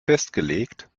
festgelegt